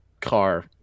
car